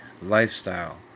lifestyle